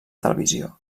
televisió